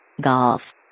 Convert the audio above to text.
Golf